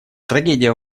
трагедия